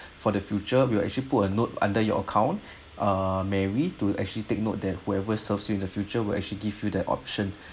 for the future we will actually put a note under your account uh maybe to actually take note that whoever serves you in the future will actually give you that option